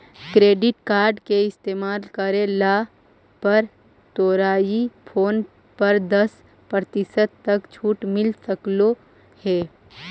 credit card के इस्तेमाल करला पर तोरा ई फोन पर दस प्रतिशत तक छूट मिल सकलों हे